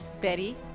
Betty